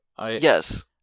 Yes